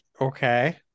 okay